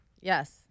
Yes